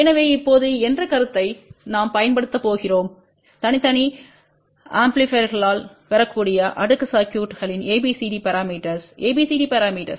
எனவே இப்போது என்ற கருத்தை நாம் பயன்படுத்தப் போகிறோம் தனித்தனி ஆம்பிளிபையர்னால் பெறக்கூடிய அடுக்கு சர்க்யூட்களின் ABCD பரமீட்டர்ஸ் ABCD பரமீட்டர்ஸ்